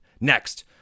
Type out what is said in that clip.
next